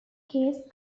case